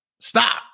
stop